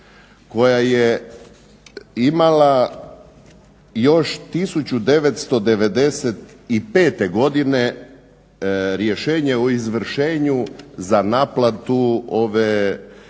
koja je imala još 1995.godine rješenje o izvršenju za naplatu